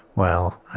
well,